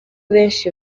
benshi